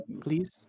please